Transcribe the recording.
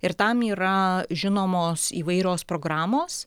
ir tam yra žinomos įvairios programos